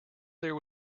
there